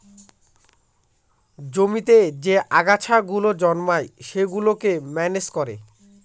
জমিতে যে আগাছা গুলো জন্মায় সেগুলোকে ম্যানেজ করে